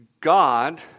God